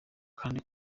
kandi